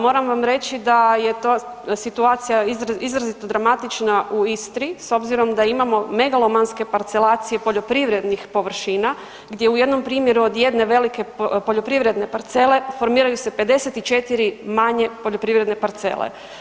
Moram vam reći da je to situacija izrazito dramatična u Istri s obzirom da imamo megalomanske parcelacije poljoprivrednih površina gdje u jednom primjeru od jedne velike poljoprivredne parcele formiraju se 54 manje poljoprivredne parcele.